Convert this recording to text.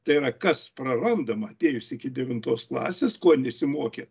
tai yra kas prarandama atėjus iki devintos klasės kuo nesimokė